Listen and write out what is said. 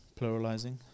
pluralizing